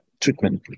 treatment